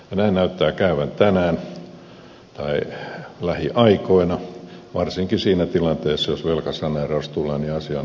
näin näyttää käyvän lähiaikoina varsinkin siinä tilanteessa jos velkasaneeraus tulee asia on itsestään selvä